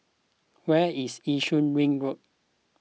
where is Yishun Ring Road